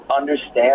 understand